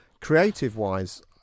creative-wise